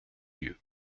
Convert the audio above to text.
lieu